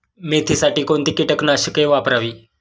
मेथीसाठी कोणती कीटकनाशके वापरावी?